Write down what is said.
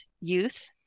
Youth